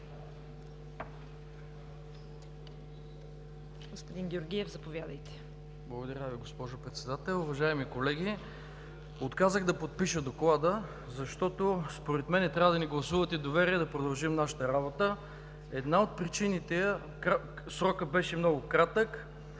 Благодаря, госпожо Председател. Уважаеми колеги! Отказах да подпиша Доклада, защото според мен трябва да ни гласувате доверие да продължим нашата работа. Една от причините е, че срокът беше много кратък